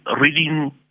reading